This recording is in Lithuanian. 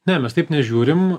ne mes taip nežiūrim